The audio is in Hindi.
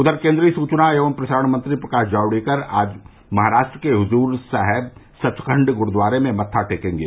उधर केन्द्रीय सूचना एवं प्रसारण मंत्री प्रकाश जावड़ेकर आज महाराष्ट्र के हुजूर साहेब सचखण्ड गुरूद्वारे में मत्था टेकेंगे